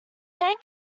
hand